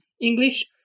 English